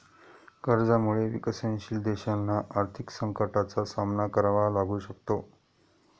कर्जामुळे विकसनशील देशांना आर्थिक संकटाचा सामना करावा लागू शकतो